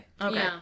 Okay